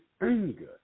anger